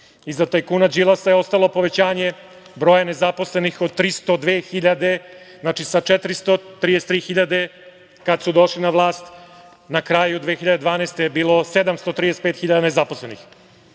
Iza tajkuna Đilasa je ostalo povećanje broja nezaposlenih od 302.000, znači, sa 433.000, kada su došli na vlast, na kraju 2012. godine je bilo 735.000 nezaposlenih. Iza